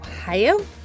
Ohio